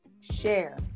share